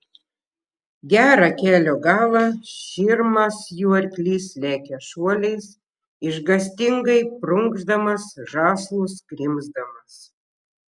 gerą kelio galą širmas jų arklys lekia šuoliais išgąstingai prunkšdamas žąslus krimsdamas